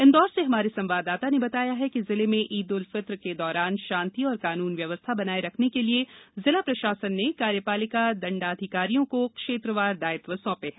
इंदौर से हमारे संवाददाता ने बताया है कि जिले में ईद उल फितर के दौरान शांति एवं कानून व्यवस्था बनाए रखने के लिए जिला प्रशासन ने कार्यपालिक दंडाधिकारियों को क्षेत्रवार दायित्व सौंपे हैं